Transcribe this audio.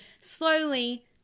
slowly